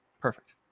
Perfect